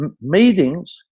meetings